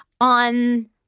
on